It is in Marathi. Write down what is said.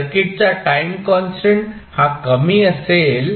सर्किटचा टाईम कॉन्स्टंट हा कमी असेल